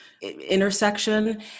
intersection